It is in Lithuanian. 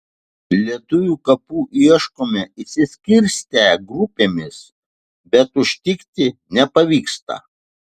lietuvių kapų ieškome išsiskirstę grupėmis bet užtikti nepavyksta